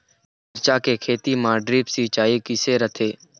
मिरचा के खेती म ड्रिप सिचाई किसे रथे?